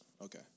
Okay